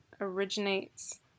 originates